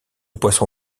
poisson